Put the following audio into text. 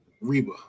Reba